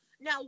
now